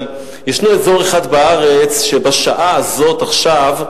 אבל יש אזור אחד בארץ שבשעה הזאת, עכשיו,